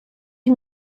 ich